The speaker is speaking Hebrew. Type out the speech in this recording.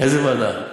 איזו ועדה?